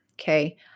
okay